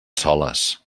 soles